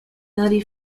nutty